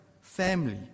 family